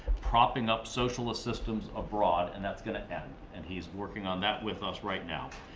propping up socialist systems abroad, and that's going to end. and he's working on that with us right now.